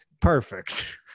perfect